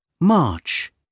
March